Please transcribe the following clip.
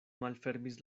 malfermis